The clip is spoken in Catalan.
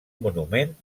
monument